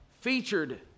featured